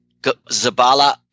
Zabala